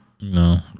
no